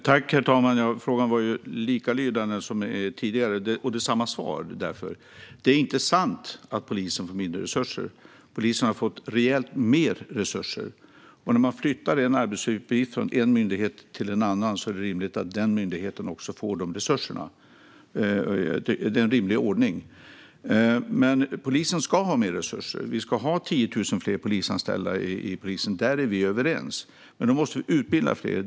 Herr talman! Frågan var likalydande som en tidigare fråga. Det är därför samma svar. Det är inte sant att polisen får mindre resurser. Polisen har fått rejält mer resurser. När man flyttar en arbetsuppgift från en myndighet till en annan är det rimligt att den myndigheten också får de resurserna. Det är en rimlig ordning. Men polisen ska ha mer resurser. Vi ska ha 10 000 fler polisanställda; där är vi överens. Men då måste vi utbilda fler.